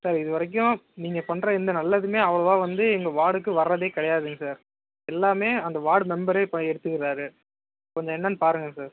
sir இது வரைக்கும் நீங்கள் பண்ணுற எந்த நல்லதுமே அவ்ளோவாக வந்து எங்கள் வார்டுக்கு வர்றதே கிடையாதுங்க சார் எல்லாமே அந்த வார்டு மெம்பரே இப்போ எடுத்துக்குறாரு கொஞ்சம் என்னென்று பாருங்கள் சார்